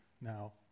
Now